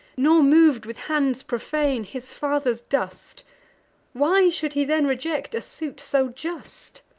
nor mov'd with hands profane his father's dust why should he then reject a suit so just!